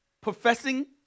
Professing